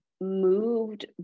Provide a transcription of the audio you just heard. moved